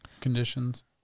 conditions